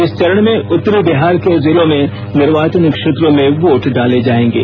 इस चरण में उत्तरी बिहार के जिलों में निर्वाचन क्षेत्रों में वोट डाले जाएंगे